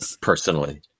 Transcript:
personally